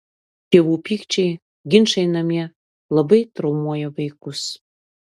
tėvų pykčiai ginčai namie labai traumuoja vaikus